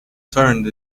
turned